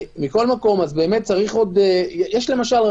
למשל,